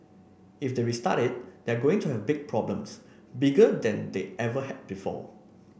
if they restart it they're going to have big problems bigger than they ever had before